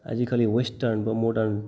आजिखालि वेस्तार्न बा मदार्न